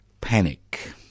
panic